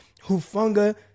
Hufunga